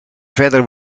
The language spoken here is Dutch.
verder